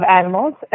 animals